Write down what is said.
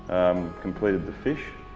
completed the fish,